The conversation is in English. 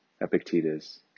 Epictetus